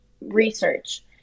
research